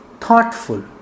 thoughtful